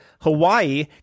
Hawaii